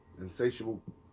insatiable